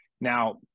now